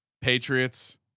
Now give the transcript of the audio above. Patriots